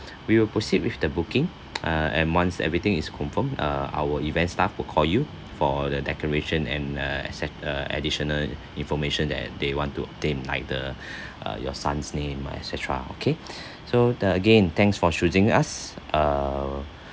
we will proceed with the booking uh and once everything is confirm uh our event staff will call you for the decoration and uh etcet~ uh additional information that they want to obtain like the uh your son's name etcetera okay so the again thanks for choosing us uh